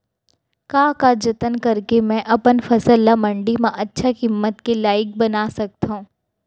का का जतन करके मैं अपन फसल ला मण्डी मा अच्छा किम्मत के लाइक बना सकत हव?